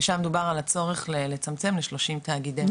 ושם דובר על הצורך לצמצם ל- 30 תאגידי מים,